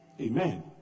amen